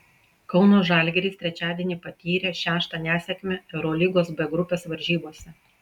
kauno žalgiris trečiadienį patyrė šeštą nesėkmę eurolygos b grupės varžybose